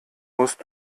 musst